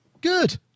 good